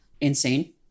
insane